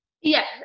Yes